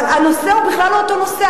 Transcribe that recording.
אבל הנושא הוא בכלל לא אותו נושא.